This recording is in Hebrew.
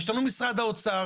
יש לנו את משרד האוצר.